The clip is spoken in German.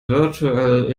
virtuell